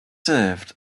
served